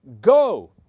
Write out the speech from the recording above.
go